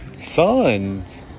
Suns